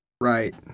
Right